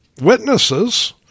witnesses